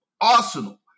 arsenal